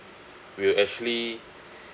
will actually